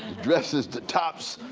dresses, the tops,